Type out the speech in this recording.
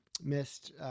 missed